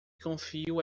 confio